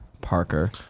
Parker